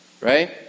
right